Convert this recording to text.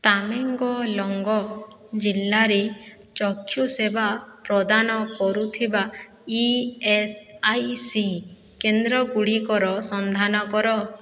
ତାମେଙ୍ଗଲଙ୍ଗ ଜିଲ୍ଲାରେ ଚକ୍ଷୁ ସେବା ପ୍ରଦାନ କରୁଥିବା ଇ ଏସ୍ ଆଇ ସି କେନ୍ଦ୍ର ଗୁଡ଼ିକର ସନ୍ଧାନ କର